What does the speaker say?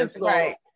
right